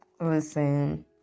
Listen